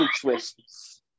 twists